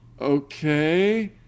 okay